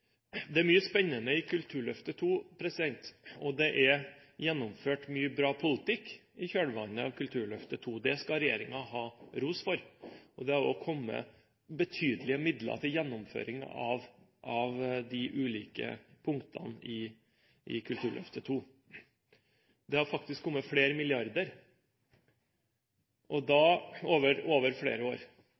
Det er mye spennende i Kulturløftet II, og det er gjennomført mye bra politikk i kjølvannet av Kulturløftet II. Det skal regjeringen ha ros for, og det har også kommet betydelige midler til gjennomføring av de ulike punktene i Kulturløftet II. Det har faktisk kommet flere milliarder over flere år.